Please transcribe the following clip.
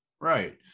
Right